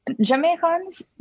Jamaicans